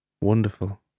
Wonderful